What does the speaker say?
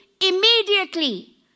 immediately